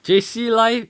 J_C life